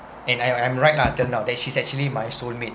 and I I'm right until now that she's actually my soulmate